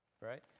right